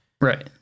right